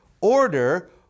order